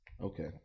Okay